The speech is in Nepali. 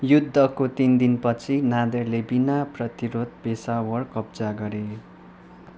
युद्धको तिन दिनपछि नादेरले बिना प्रतिरोध पेसावर कब्जा गरे